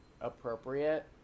appropriate